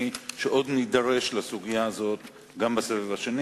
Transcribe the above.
שעוד נידרש לסוגיה הזאת גם בסבב השני.